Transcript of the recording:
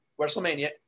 WrestleMania